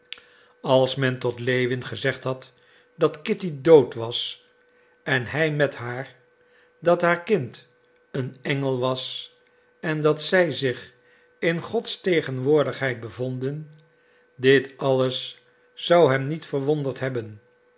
als men tot lewin gezegd had dat kitty dood was en hij met haar dat haar kind een engel was en dat zij zich in gods tegenwoordigheid bevonden dit alles zou hem niet verwonderd hebben